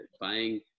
buying